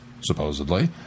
supposedly